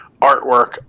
artwork